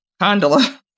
Condola